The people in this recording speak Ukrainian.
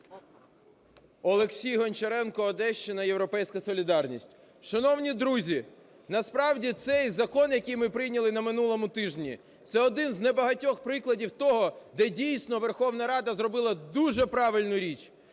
Олексій Гончаренко, Одещина, "Європейська солідарність". Шановні друзі, насправді, цей закон, який ми прийняли на минулому тижні, - це один з не багатьох прикладів того, де, дійсно, Верховна Рада зробила дуже правильну річ